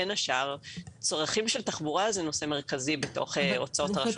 בין השאר צרכים של תחבורה זה נושא מרכזי בתוך הוצאות הרשות המקומית.